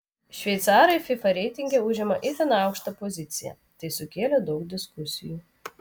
šveicarai fifa reitinge užima itin aukštą poziciją tai sukėlė daug diskusijų